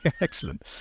Excellent